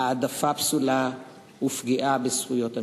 העדפה פסולה ופגיעה בזכויות המיעוט.